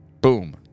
Boom